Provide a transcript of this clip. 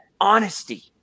honesty